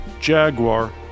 Jaguar